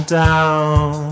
down